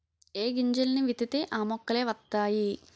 ఏ గింజల్ని విత్తితే ఆ మొక్కలే వతైయి